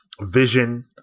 vision